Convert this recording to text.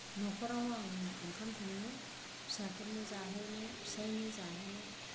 न'खराव आं ओंखाम सङो फिसाफोरनो जाहोनो फिसायनो जाहोनो